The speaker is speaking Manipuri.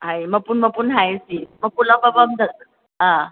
ꯍꯥꯏ ꯃꯄꯨꯟ ꯃꯄꯨꯟ ꯍꯥꯏꯔꯤꯁꯤ ꯃꯄꯨꯟ ꯑꯃꯃꯝꯗ ꯑꯥ